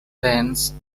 thence